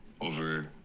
over